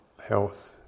health